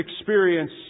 experience